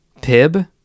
pib